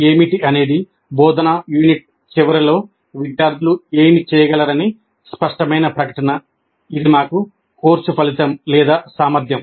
ఏమిటి అనేది బోధనా యూనిట్ చివరిలో విద్యార్థులు ఏమి చేయగలరని స్పష్టమైన ప్రకటన ఇది మాకు కోర్సు ఫలితం లేదా సామర్థ్యం